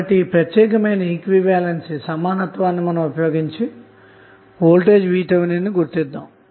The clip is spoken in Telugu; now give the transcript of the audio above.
కాబట్టి ఈ ప్రత్యేక సమానత్వాన్నీఉపయోగించి వోల్టేజ్ VTh ను గుర్తించవచ్చు